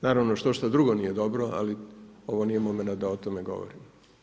Naravno štošta drugo nije dobro, ali ovo nije momenat da o tome govorim.